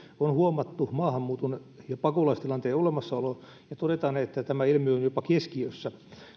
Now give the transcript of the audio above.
on huomattu maahanmuuton ja pakolaistilanteen olemassaolo ja todetaan että tämä ilmiö on jopa keskiössä